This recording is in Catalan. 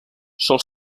sol